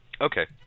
Okay